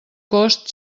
cost